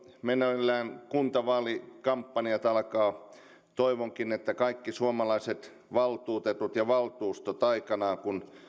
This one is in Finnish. meneillään kuntavaalikampanjat toivonkin että kaikki suomalaiset valtuutetut ja valtuustot aikanaan kun